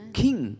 king